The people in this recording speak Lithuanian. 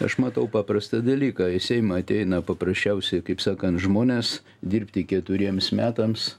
aš matau paprastą dalyką į seimą ateina paprasčiausiai kaip sakant žmonės dirbti keturiems metams